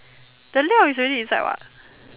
the 料 is already inside what